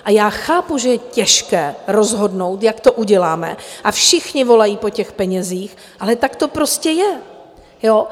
A já chápu, že je těžké rozhodnout, jak to uděláme, a všichni volají po těch penězích, ale tak to prostě je, ano?